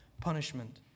punishment